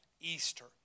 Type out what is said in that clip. Easter